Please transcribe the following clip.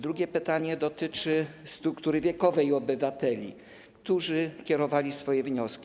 Drugie pytanie dotyczy struktury wiekowej obywateli, którzy kierowali swoje wnioski.